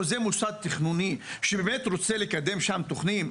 או זה מוסד תכנוני שבאמת רוצה לקדם שם תוכנית?